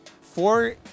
four